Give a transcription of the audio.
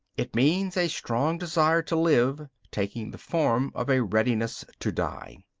it means a strong desire to live taking the form of a readiness to die.